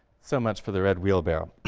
so much for the red wheelbarrow.